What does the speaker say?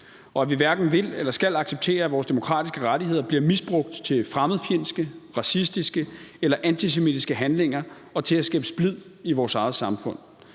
og at vi hverken vil eller skal acceptere, at vores demokratiske rettigheder bliver misbrugt til fremmedfjendske, racistiske eller antisemitiske handlinger og til at skabe splid i vores eget samfund.